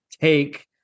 take